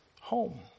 Home